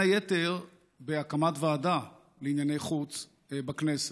בין היתר בהקמת ועדה לענייני חוץ בכנסת.